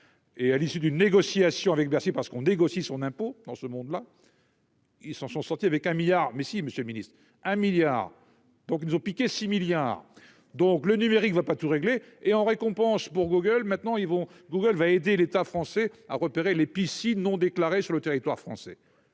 et à l'issue d'une négociation avec Bercy, parce qu'on négocie son impôt dans ce monde là. Ils s'en sont sortis avec un milliard, mais si Monsieur le Ministre, un milliard, donc ils nous ont piqué 6 milliards, donc, le numérique va pas tout régler et en récompense pour Google, maintenant ils vont Google va aider l'État français a repéré les piscines non déclarés sur le territoire français,